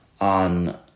on